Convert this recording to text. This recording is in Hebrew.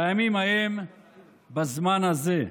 בימים ההם בזמן הזה.